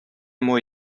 mois